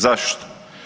Zašto?